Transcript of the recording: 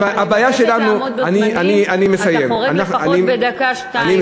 אתה חורג לפחות בדקה, שתיים.